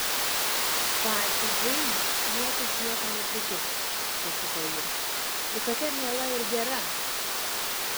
pačiai džeinei niekas nieko neprikištų sušuko ji ji tokia miela ir gera